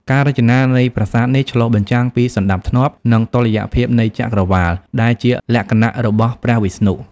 ការរចនានៃប្រាសាទនេះឆ្លុះបញ្ចាំងពីសណ្តាប់ធ្នាប់ និងតុល្យភាពនៃចក្រវាឡ ដែលជាលក្ខណៈរបស់ព្រះវិស្ណុ។